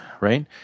right